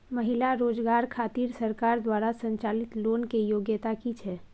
महिला रोजगार खातिर सरकार द्वारा संचालित लोन के योग्यता कि छै?